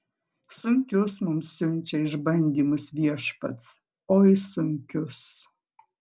sunkius mums siunčia išbandymus viešpats oi sunkius